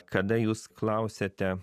kada jūs klausiate